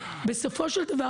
בסופו של דבר,